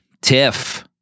Tiff